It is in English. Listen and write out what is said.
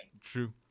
True